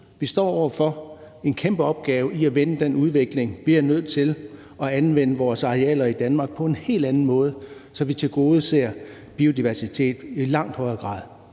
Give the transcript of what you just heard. Vi står over for en kæmpe opgave med at vende denne udvikling, og vi er nødt til at anvende vores arealer i Danmark på en helt anden måde, så vi tilgodeser biodiversiteten i langt højere grad.